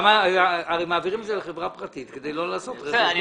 הרי מעבירים את זה לחברה פרטית כדי לא לעשות רכש גומלין.